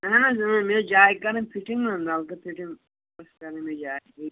اہن حظ اۭں مےٚ ٲس جایہِ کَرٕنۍ فِٹِنٛگ نَہ نَلکہٕ فِٹِنٛگ ٲس کَرٕنۍ مےٚ جایہِ